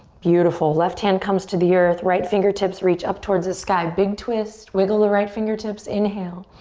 beautiful, left hand comes to the earth, right fingertips reach up towards the sky. big twist. wiggle the right fingertips, inhale.